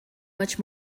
much